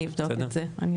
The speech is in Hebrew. אני אבדוק את זה.